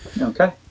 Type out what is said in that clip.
Okay